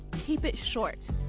keep it short.